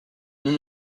nous